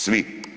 Svi.